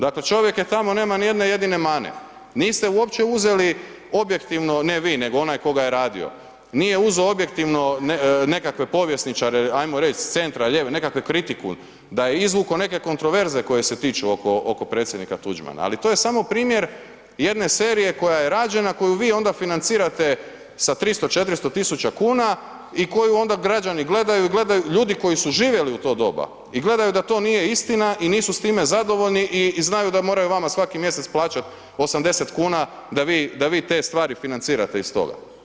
Dakle čovjek je tamo, nema nijedne jedine mane, niste uopće uzeli objektivno, ne vi, nego onaj ko ga je radio, nije uzeo objektivno nekakve povjesničare, ajmo reć s centra, lijeve, nekakvu kritiku, da je izvukao nekakve kontraverze koje se tiču oko Predsjednika Tuđmana ali to je samo primjer jedne serije koja je rađena, koju vi onda financirate sa 300, 400 000 kuna i koju onda građani gledaju, gledaju, ljudi koji su živjeli u to doba i gledaju da to nije istina i nisu s time zadovoljni i znaju da moraju vama svaki mjesec plaćat 80 kuna da vi te stvari financirate iz toga.